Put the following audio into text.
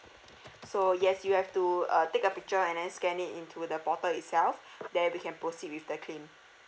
so yes you have to uh take a picture and then scan it into the portal itself then we can proceed with the claim